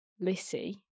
Lissy